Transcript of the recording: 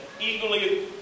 eagerly